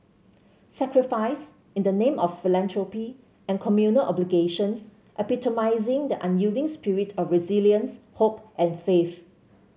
sacrifice in the name of philanthropy and communal obligations epitomising the unyielding spirit of resilience hope and faith